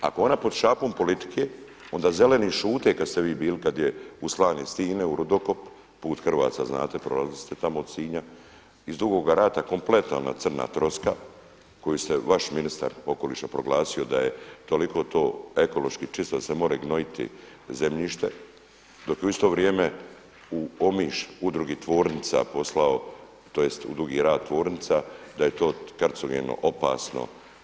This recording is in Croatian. Ako je ona pod šapom politike onda zeleni šute kada ste vi bili, kada je u Slani stine u rudokop put Hrvaca znate, prolazili ste tamo od Sinja, iz Dugoga Rata kompletna ona crna troska koju je vaš ministar okoliša proglasio da je toliko to ekološki čisto da se more gnojiti zemljište, dok je u isto vrijeme u Omiš Udrugi tvornica poslao tj. u Dugi Rat tvornica da je to kancerogeno opasno.